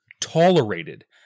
tolerated